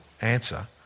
answer